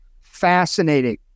fascinating